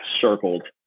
circled